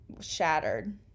shattered